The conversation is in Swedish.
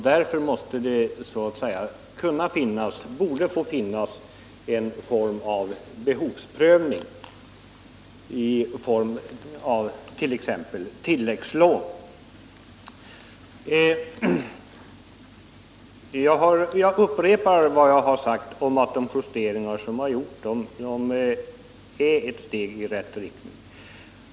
Därför borde en form av behovsprövning finnas som t.ex. kunde ge stöd i form av tilläggslån. Jag upprepar vad jag sagt: De justeringar som gjorts är ett steg i rätt riktning.